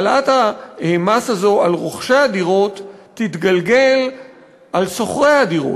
העלאת המס הזאת על רוכשי הדירות תתגלגל על שוכרי הדירות,